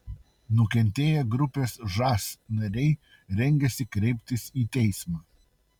nukentėję grupės žas nariai rengiasi kreiptis į teismą